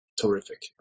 terrific